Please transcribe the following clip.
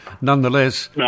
nonetheless